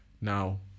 now